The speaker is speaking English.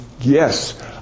Yes